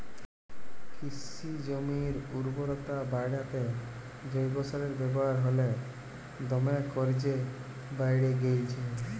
কিসি জমির উরবরতা বাঢ়াত্যে জৈব সারের ব্যাবহার হালে দমে কর্যে বাঢ়্যে গেইলছে